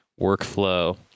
workflow